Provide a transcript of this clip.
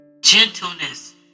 gentleness